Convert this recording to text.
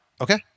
okay